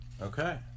okay